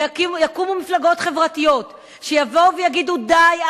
ויקומו מפלגות חברתיות שיבואו ויגידו: די,